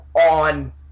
on